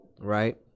right